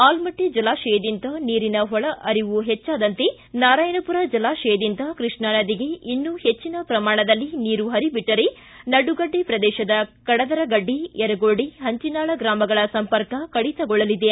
ಆಲಮಟ್ಟಿ ಜಲಾಶಯದಿಂದ ನೀರಿನ ಒಳಪರಿವು ಹೆಚ್ಚಾದಂತೆ ನಾರಾಯಣಪುರ ಜಲಾಶಯದಿಂದ ಕೃಷ್ಣಾ ನದಿಗೆ ಇನ್ನೂ ಹೆಚ್ಚಿನ ಪ್ರಮಾಣದಲ್ಲಿ ನೀರು ಪರಿಬಿಟ್ಟರೆ ನಡುಗಡ್ಡ ಪ್ರದೇಶದ ಕಡದರಗಡ್ಡಿ ಯರಗೋಡಿ ಪಂಚಿನಾಳ ಗ್ರಾಮಗಳ ಸಂಪರ್ಕ ಕಡಿತಗೊಳ್ಳಲಿದೆ